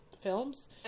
films